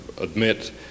admit